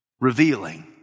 revealing